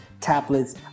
tablets